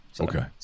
Okay